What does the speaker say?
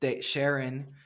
Sharon